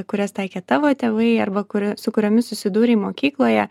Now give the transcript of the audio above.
kurias taikė tavo tėvai arba kuri su kuriomis susidūrei mokykloje